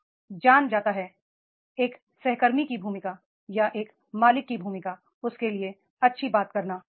वह जान जाता है एक सहकर्मी की भूमिका या एक मालिक की भूमिका उसके लिये अच्छी बात करना